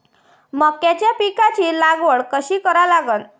मक्याच्या पिकाची लागवड कशी करा लागन?